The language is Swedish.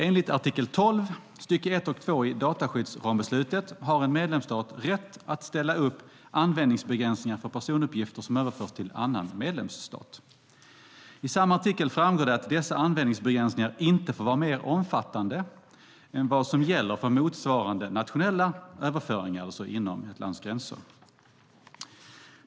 Enligt artikel 12 stycke 1 och 2 i dataskyddsrambeslutet har en medlemsstat rätt att ställa upp användningsbegränsningar för personuppgifter som överförs till annan medlemsstat. I samma artikel framgår det att dessa användningsbegränsningar inte får vara mer omfattande än vad som gäller för motsvarande nationella överföringar, alltså sådana som sker inom ett lands gränser.